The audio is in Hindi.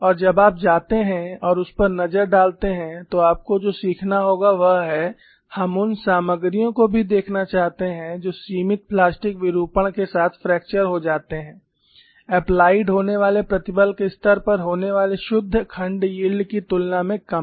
और जब आप जाते हैं और उस पर नज़र डालते हैं तो आपको जो सीखना होगा वह है हम उन सामग्रियों को भी देखना चाहते हैं जो सीमित प्लास्टिक विरूपण के साथ फ्रैक्चर हो जाते हैं एप्लाइड होने वाले प्रतिबल के स्तर पर होने वाले शुद्ध खंड यील्ड की तुलना में कम